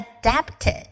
adapted